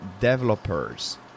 developers